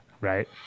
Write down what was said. right